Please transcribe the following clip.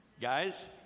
Guys